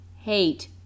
hate